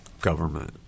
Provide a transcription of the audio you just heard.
government